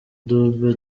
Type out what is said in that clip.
dube